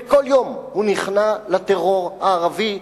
וכל יום הוא נכנע לטרור הערבי,